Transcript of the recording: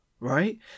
right